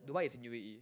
Dubai is in U_A_E